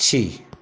पक्षी